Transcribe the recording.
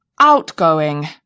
outgoing